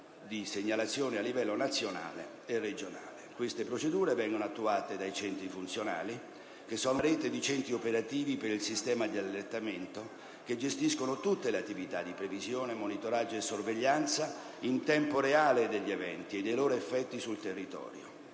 di segnalazioni a livello nazionale e regionale. Queste procedure vengono attuate dai centri funzionali, che sono una rete di centri operativi per il sistema di allertamento, che gestiscono tutte le attività di previsione, monitoraggio e sorveglianza in tempo reale degli eventi e dei loro effetti sul territorio.